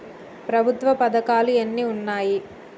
ప్రభుత్వ పథకాలు ఎన్ని ఉన్నాయి?